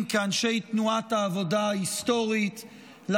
כאנשי תנועת העבודה ההיסטורית אנחנו